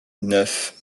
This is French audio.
neuf